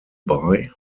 buy